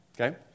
okay